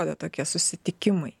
duoda tokie susitikimai